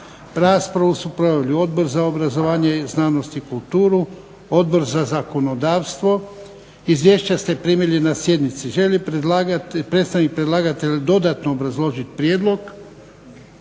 Raspravu su proveli Odbor za obrazovanje, znanost i kulturu, Odbor zakonodavstvo. Izvješća ste primili na sjednici. Želi li predstavnik predlagatelja dodatno obrazložiti prijedlog?